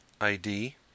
ID